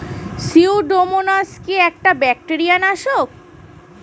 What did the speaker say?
Pseudomonas কি একটা bacteria নাশক?